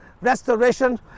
restoration